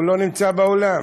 הוא לא נמצא באולם.